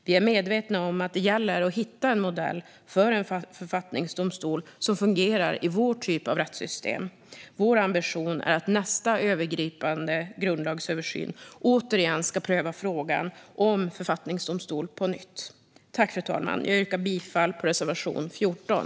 Vi är medvetna om att det gäller att hitta en modell för en författningsdomstol som fungerar i Sveriges typ av rättssystem. Vår ambition är att nästa övergripande grundlagsöversyn återigen ska pröva frågan om författningsdomstol. Fru talman! Jag yrkar bifall till reservation 14.